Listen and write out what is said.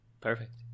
Perfect